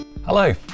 Hello